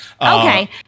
Okay